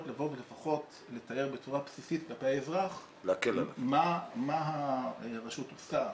לתאר בצורה בסיסית כלפי האזרח מה הרשות עושה,